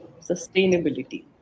sustainability